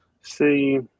See